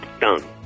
Done